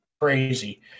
crazy